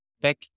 back